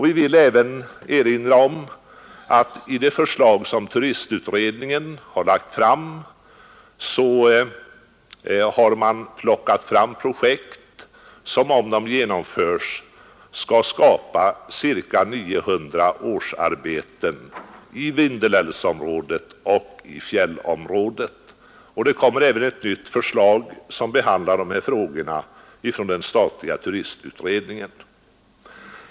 Vi vill även erinra om att i det förslag som den statliga turistutredningen har avlämnat har man tagit fram projekt som, om de genomförs, skall skapa ca 900 årsarbeten i Vindelälvsområdet och i fjällområdet. Det kommer även ett nytt förslag som behandlar de här frågorna från turistutredningen.